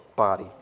Body